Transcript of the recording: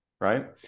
right